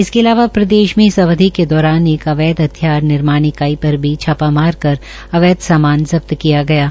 इसके अलावा प्रदेश में इस अवधि के दौरान एक अवैध हथियार निर्माण इकाई पर भी छापा मारकर अवैध सामान जब्त किया गया है